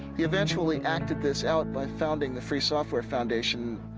he eventually acted this out by founding the free software foundation.